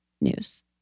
news